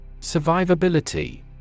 Survivability